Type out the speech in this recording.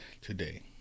today